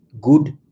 good